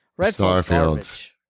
Starfield